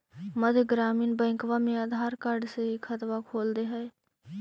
मध्य ग्रामीण बैंकवा मे आधार कार्ड से भी खतवा खोल दे है?